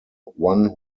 one